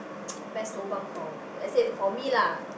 best lobang from let's say for me lah